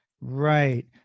Right